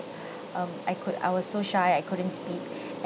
um I could I was so shy I couldn't speak